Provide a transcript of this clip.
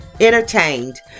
entertained